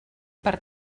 per